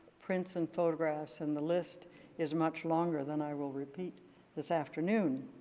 prints and photographs and the list is much longer than i will repeat this afternoon.